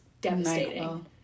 devastating